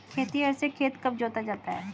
खेतिहर से खेत कब जोता जाता है?